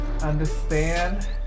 understand